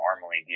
normally